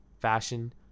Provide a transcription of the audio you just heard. fashion